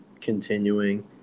continuing